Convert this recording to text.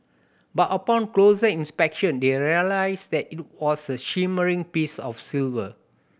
but upon closer inspection they are realised that it was a shimmering piece of silver